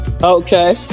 Okay